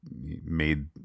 made